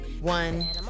one